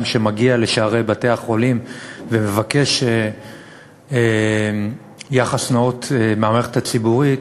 שמגיע לשערי בית-החולים ומבקש יחס נאות מהמערכת הציבורית